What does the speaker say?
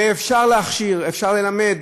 ואפשר להכשיר, אפשר ללמד,